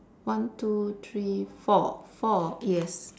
one two three four four yes